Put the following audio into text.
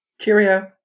cheerio